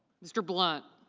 mr. blunt.